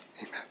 amen